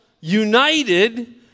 united